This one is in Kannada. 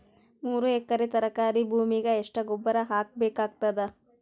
ಮೂರು ಎಕರಿ ತರಕಾರಿ ಭೂಮಿಗ ಎಷ್ಟ ಗೊಬ್ಬರ ಹಾಕ್ ಬೇಕಾಗತದ?